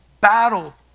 battle